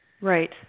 Right